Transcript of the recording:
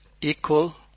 equal